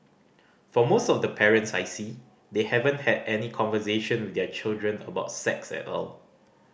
for most of the parents I see they haven't had any conversation with their children about sex at all